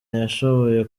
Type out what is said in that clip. yashoboye